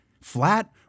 Flat